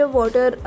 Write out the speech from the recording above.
water